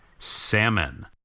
salmon